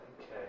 Okay